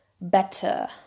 better